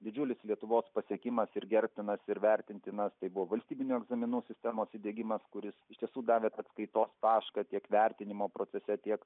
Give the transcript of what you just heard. didžiulis lietuvos pasiekimas ir gerbtinas ir vertintina tai buvo valstybinių egzaminų sistemos įdiegimas kuris iš tiesų davė atskaitos tašką tiek vertinimo procese tiek